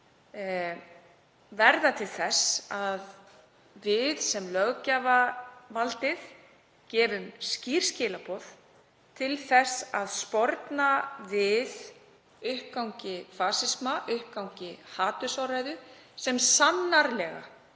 verða til þess að við sem löggjafarvaldið gefum skýr skilaboð um að sporna við uppgangi fasisma, uppgangi hatursorðræðu, sem sannarlega